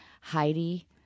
Heidi